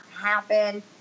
happen